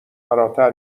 فراتر